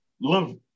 Love